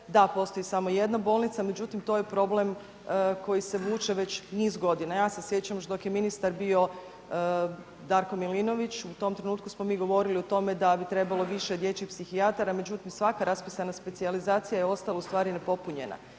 Da, postoji samo jedna bolnica, međutim to je problem koji se vuče već niz godina. Ja se sjećam dok je ministar bio Darko Milinović, u tom trenutku smo mi govorili o tome da bi trebalo više dječjih psihijatara, međutim svaka raspisana specijalizacija je ostala ustvari nepopunjena.